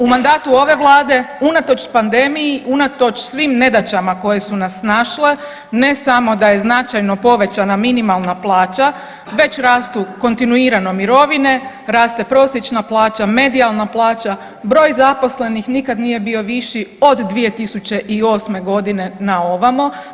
U mandatu ove vlade unatoč pandemiji, unatoč svim nedaćama koje su nas snašle ne samo da je značajno povećana minimalna plaća već rasu kontinuirano mirovine, raste prosječna plaća, medijalna plaća, broj zaposlenih nikad nije bio viši od 2008.g. na ovamo.